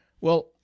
Well